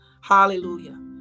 Hallelujah